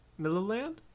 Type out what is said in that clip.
milliland